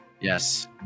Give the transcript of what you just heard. Yes